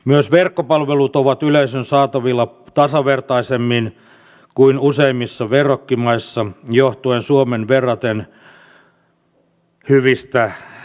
myös verkkopalvelut ovat yleisön saatavilla tasavertaisemmin kuin useimmissa verrokkimaissa johtuen suomen verraten hyvistä tietoliikenneverkoista